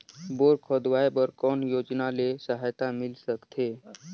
Bore खोदवाय बर कौन योजना ले सहायता मिल सकथे?